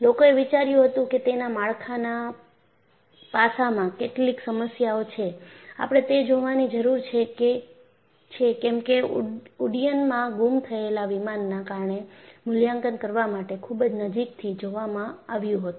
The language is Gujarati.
લોકોએ વિચાર્યું હતું કે તેના માળખાનાં પાસામાં કેટલીક સમસ્યાઓ છે આપણે તે જોવાની જરૂર છે કેમકે ઉડ્ડયનમાં ગુમ થયેલા વિમાનના કારણે મૂલ્યાંકન કરવા માટે ખૂબ જ નજીકથી જોવામાં આવ્યું હતું